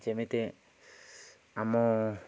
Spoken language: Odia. ଯେମିତି ଆମ